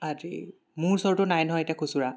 আৰে মোৰ ওচৰতো নাই নহয় এতিয়া খুচুৰা